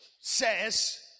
says